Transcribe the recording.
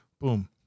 Boom